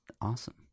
awesome